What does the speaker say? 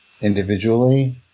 Individually